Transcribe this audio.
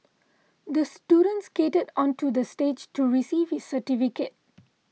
the student skated onto the stage to receive his certificate